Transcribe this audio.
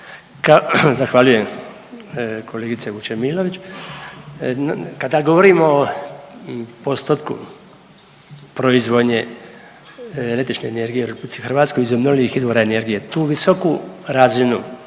Zahvaljujem kolegice Vučemilović. Kad govorimo o postotku proizvodnje električne energije u RH iz obnovljivih izvora energije. Tu visoku razinu